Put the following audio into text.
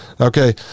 Okay